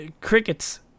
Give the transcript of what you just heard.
crickets